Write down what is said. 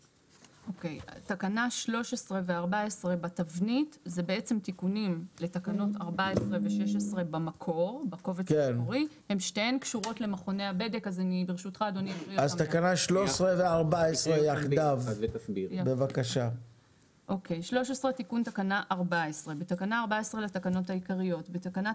13. תיקון תקנה 14. בתקנה 14 לתקנות העיקריות - (1) בתקנת